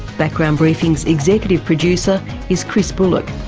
background briefing's executive producer is chris bullock.